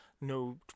no